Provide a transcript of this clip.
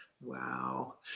Wow